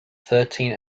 thirteen